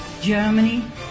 Germany